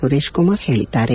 ಸುರೇಶ್ಕುಮಾರ್ ಹೇಳಿದ್ದಾರೆ